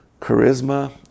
Charisma